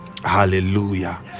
hallelujah